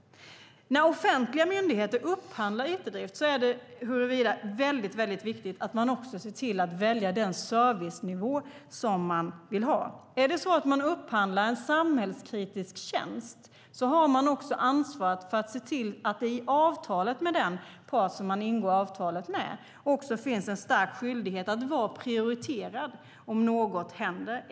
När offentliga myndigheter upphandlar it-drift är det väldigt viktigt att man också väljer den servicenivå som man vill ha. Om man upphandlar en samhällskritisk tjänst har man också ansvar för att det i det avtal man ingår också finns en garanti för att man blir prioriterad om något händer.